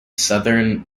southern